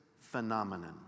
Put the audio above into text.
phenomenon